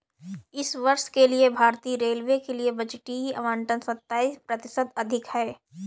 इस वर्ष के लिए भारतीय रेलवे के लिए बजटीय आवंटन सत्ताईस प्रतिशत अधिक है